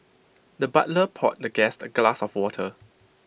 the butler poured the guest A glass of water